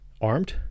armed